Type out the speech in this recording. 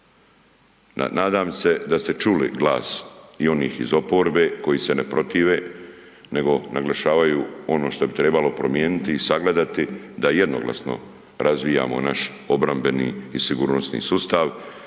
Nadam se da ste čuli glas i onih iz oporbe koji se ne protive nego naglašavaju ono što bi trebalo promijeniti i sagledati da jednoglasno razvijamo naš obrambeni i sigurnosni sustav